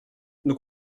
nous